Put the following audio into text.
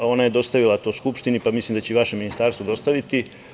Ona je dostavila to Skupštini pa mislim da će i vašem ministarstvu dostaviti.